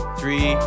three